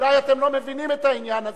אולי אתם לא מבינים את העניין הזה,